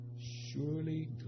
surely